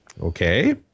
Okay